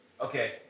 Okay